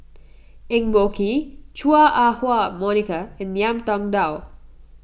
Eng Boh Kee Chua Ah Huwa Monica and Ngiam Tong Dow